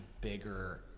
bigger